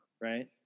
Right